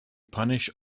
punish